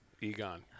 Egon